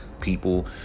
people